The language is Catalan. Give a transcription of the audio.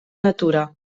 natura